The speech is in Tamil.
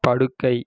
படுக்கை